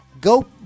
Go